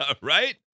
Right